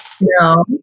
No